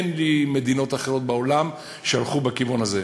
אין לי מדינות אחרות בעולם שהלכו בכיוון הזה.